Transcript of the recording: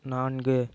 நான்கு